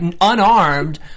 unarmed